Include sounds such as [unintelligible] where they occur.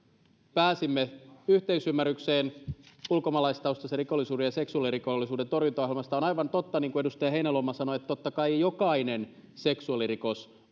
pääsimme yhteisymmärrykseen ulkomaalaistaustaisten rikollisuuden ja seksuaalirikollisuuden torjuntaohjelmasta on aivan totta niin kuin edustaja heinäluoma sanoi totta kai jokainen seksuaalirikos [unintelligible]